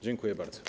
Dziękuję bardzo.